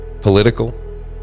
Political